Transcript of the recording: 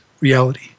reality